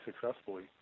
successfully